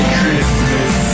Christmas